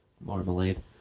Marmalade